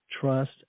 trust